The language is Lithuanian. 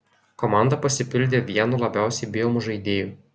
komanda pasipildė vienu labiausiai bijomų žaidėjų